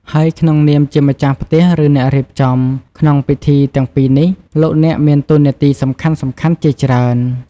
ហើយក្នុងនាមជាម្ចាស់ផ្ទះ ឬ អ្នករៀបចំ ក្នុងពិធីទាំងពីរនេះ លោកអ្នកមានតួនាទីសំខាន់ៗជាច្រើន។